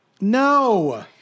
No